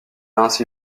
ainsi